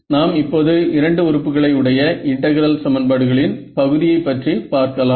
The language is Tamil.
நாம் இப்போது இரண்டு உறுப்புகளை உடைய இன்டெகிரல் சமன்பாடுகளின் பகுதியை பற்றி பார்க்கலாம்